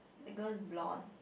the girl's blonde